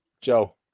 Joe